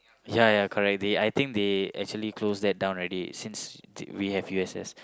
ya ya correct they I think they actually close that down already since we have U_S_S